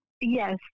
Yes